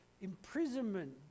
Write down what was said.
imprisonment